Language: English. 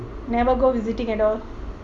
never go visiting at all